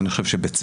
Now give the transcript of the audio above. ואני חשוב שבצדק,